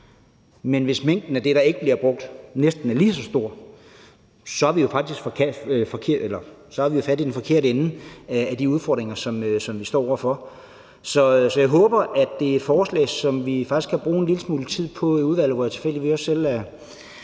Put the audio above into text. men hvis mængden af det, der ikke bliver brugt, næsten er lige så stor, har vi fat i den forkerte ende af de udfordringer, som vi står over for. Så jeg håber, at det er et forslag, som vi først skal bruge en lille smule tid på i udvalget, hvor jeg tilfældigvis også selv er